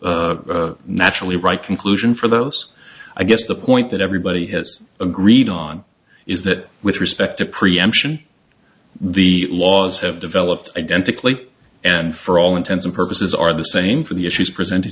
naturally right conclusion for those i guess the point that everybody has agreed on is that with respect to preemption the laws have developed identically and for all intents and purposes are the same for the issues presented